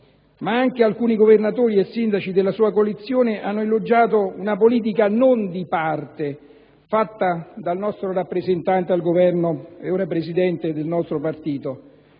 ma anche alcuni governatori e sindaci della sua coalizione, hanno elogiato una politica non di parte fatta dal nostro rappresentante al Governo e ora Presidente del nostro partito: